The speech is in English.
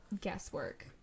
guesswork